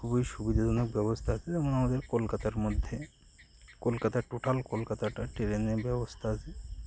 খুবই সুবিধাজনক ব্যবস্থা আছে যেমন আমাদের কলকাতার মধ্যে কলকাতার টোটাল কলকাতাটা ট্রেনের ব্যবস্থা আছে